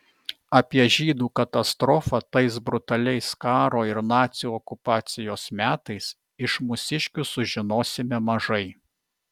apie žydų katastrofą tais brutaliais karo ir nacių okupacijos metais iš mūsiškių sužinosime mažai